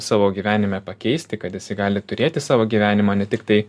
savo gyvenime pakeisti kad jisai gali turėti savo gyvenimą ne tiktai